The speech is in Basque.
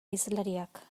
hizlariak